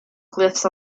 glyphs